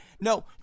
No